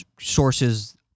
sources